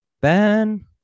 Ben